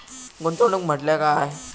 गुंतवणूक म्हटल्या काय?